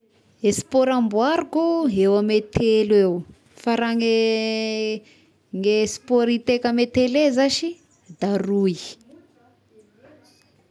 Eh sport amboariko eo ame telo eo fa raha gne gne sport hiteka amin'ny tele zashy da roy.